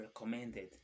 recommended